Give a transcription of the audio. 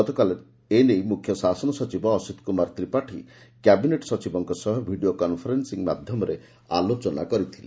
ଗତକାଲି ଏନେଇ ମୁଖ୍ୟ ଶାସନ ସଚିବ ଅସିତ୍ କୁମାର ତ୍ରିପାଠୀ କ୍ୟାବିନେଟ୍ ସଚିବଙ୍କ ସହ ଭିଡ଼ିଓ କନ୍ଫରେନସିଂ ମାଧ୍ଧମରେ ଆଲୋଚନା କରିଥିଲେ